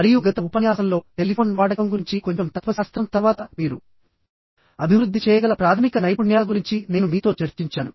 మరియు గత ఉపన్యాసంలోటెలిఫోన్ వాడకం గురించి కొంచెం తత్వశాస్త్రం తర్వాత మీరు అభివృద్ధి చేయగల ప్రాథమిక నైపుణ్యాల గురించి నేను మీతో చర్చించాను